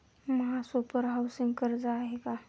महासुपर हाउसिंग कर्ज आहे का?